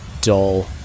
dull